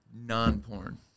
non-porn